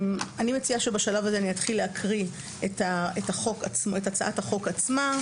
אני מציעה שבשלב הזה אני אתחיל להקריא את הצעת החוק עצמה.